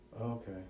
Okay